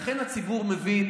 ולכן הציבור מבין